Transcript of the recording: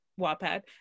WAPAD